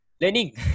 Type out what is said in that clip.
learning